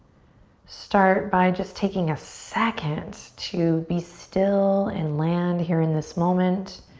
start by just taking a second to be still and land here in this moment.